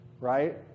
Right